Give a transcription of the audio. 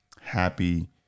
happy